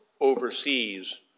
overseas